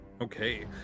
okay